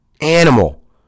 animal